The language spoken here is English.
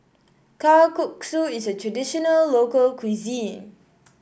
Kalguksu is a traditional local cuisine